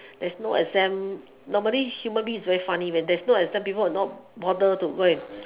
there's no exam normally human being is very funny when there's no exam people will not bother to go and